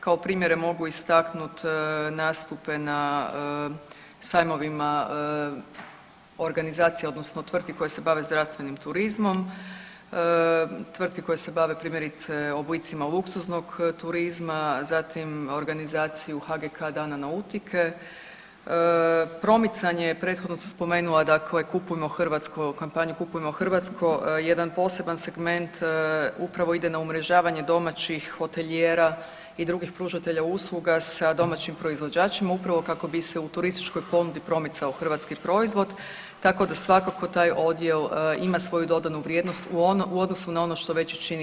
Kao primjere mogu istaknuti nastupe na sajmovima organizacija odnosno tvrtki koje se bave zdravstvenim turizmom, tvrtke koje se bave, primjerice oblicima luksuznog turizma, zatim organizaciju HGK Dana nautike, promicanje, prethodno sam spomenula, dakle kupujmo hrvatsko, kampanju „Kupujmo hrvatsko“, jedan poseban segment upravo ide na umrežavanje domaćih hotelijera i drugih pružatelja usluga sa domaćim proizvođačima upravo kako bi se u turističkoj ponudi promicao hrvatski proizvod, tako da svakako taj odjel ima svoju dodanu vrijednost u odnosu na ono što već i čini HTZ.